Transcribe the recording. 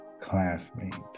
classmate